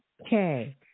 okay